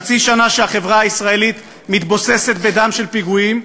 חצי שנה שהחברה הישראלית מתבוססת בדם של פיגועים,